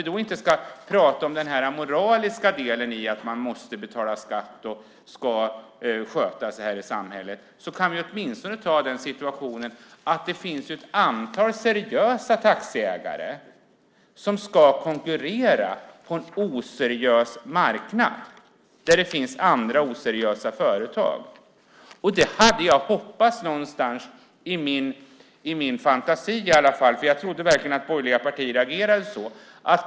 Om vi inte ska prata om den moraliska delen i att man ska betala skatt och sköta sig här i samhället kan vi åtminstone ta upp den situationen att det finns ett antal seriösa taxiägare som ska konkurrera på en oseriös marknad med oseriösa företag. Jag hade någonstans i min fantasi hoppats att konkurrensvillkor ska vara likadana för alla företag. Jag trodde verkligen att borgerliga partier agerade så.